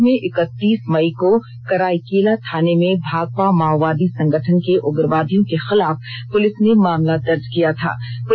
इस संबंध में इकतीस मई को कराईकेला थाने में भाकपा माओवादी संगठन के उग्रवादियों के खिलाफ पुलिस ने मामला दर्ज किया था